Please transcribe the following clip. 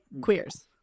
queers